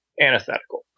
antithetical